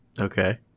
Okay